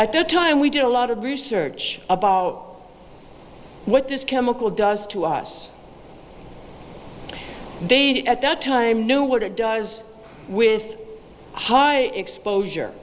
at the time we do a lot of research about what this chemical does to us they did at the time know what it does with high exposure